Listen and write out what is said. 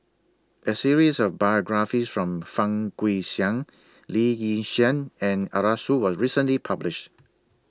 A series of biographies from Fang Guixiang Lee Yi Shyan and Arasu was recently published